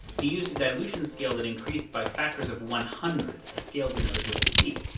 he used a dilution scale that increased by factors of one hundred, a scale denoted with a c.